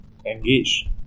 engage